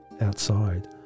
outside